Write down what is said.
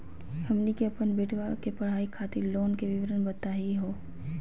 हमनी के अपन बेटवा के पढाई खातीर लोन के विवरण बताही हो?